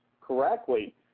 correctly